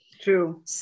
True